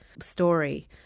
story